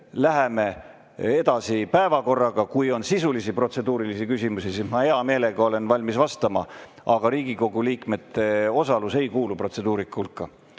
läheme edasi päevakorraga. Kui on sisulisi protseduurilisi küsimusi, siis ma hea meelega olen valmis vastama, aga Riigikogu liikmete osalus ei kuulu protseduurika hulka.